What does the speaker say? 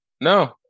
no